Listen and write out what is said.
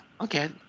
okay